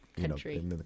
country